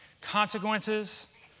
consequences